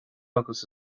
agus